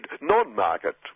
non-market